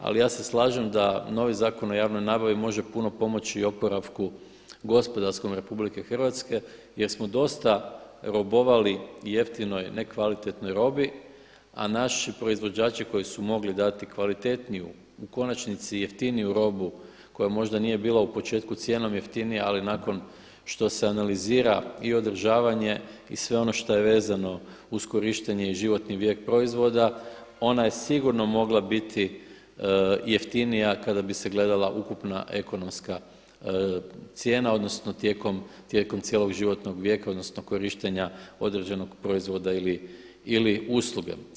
Ali ja se slažem da novi Zakon o javnoj nabavi može puno pomoći i oporavku gospodarskom Republike Hrvatske jer smo dosta robovali jeftinoj nekvalitetnoj robi, a naši proizvođači koji su mogli dati kvalitetniju u konačnici i jeftiniju robu koja možda nije bila u početku cijenom jeftinija, ali nakon što se analizira i održavanje i sve ono što je vezano uz korištenje i životni vijek proizvoda, ona je sigurno mogla biti jeftinija kada bi se gledala ukupna ekonomska cijena, odnosno tijekom cijelog životnog vijeka odnosno korištenja određenog proizvoda ili usluge.